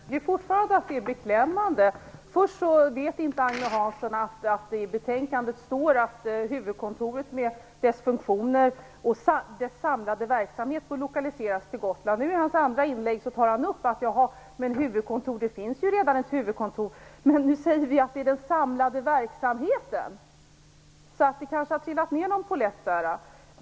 Fru talman! Jag tycker fortfarande att det är beklämmande. Först vet inte Agne Hansson att det i betänkandet står att huvudkontoret med dess funktion för den samlade verksamheten bör lokaliseras till Gotland. I sitt andra inlägg tar han upp att det redan finns ett huvudkontor, men vi talar ju om den samlade verksamheten. Kanske har det trillat ned någon pollett där.